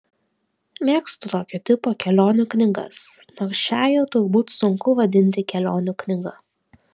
mėgstu tokio tipo kelionių knygas nors šiąją turbūt sunku vadinti kelionių knyga